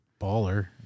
Baller